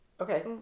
Okay